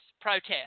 protest